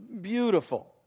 beautiful